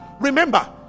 Remember